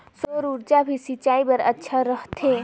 सौर ऊर्जा भी सिंचाई बर अच्छा रहथे?